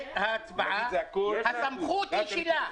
אחרי ההצבעה, הסמכות היא שלה.